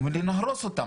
הוא אומר לי נהרוס אותם.